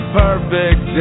perfect